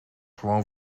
gewoon